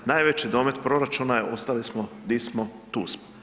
Najveći domet proračuna je ostali smo di smo, tu smo.